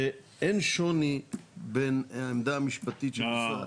שאין שוני בין העמדה המשפטית --- לא,